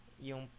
yung